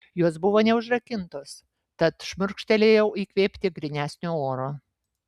jos buvo neužrakintos tad šmurkštelėjau įkvėpti grynesnio oro